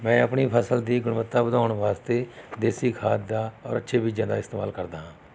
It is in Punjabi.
ਮੈਂ ਆਪਣੀ ਫਸਲ ਦੀ ਗੁਣਵੱਤਾ ਵਧਾਉਣ ਵਾਸਤੇ ਦੇਸੀ ਖਾਦ ਦਾ ਔਰ ਅੱਛੇ ਬੀਜਾਂ ਦਾ ਇਸਤੇਮਾਲ ਕਰਦਾ ਹਾਂ